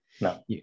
No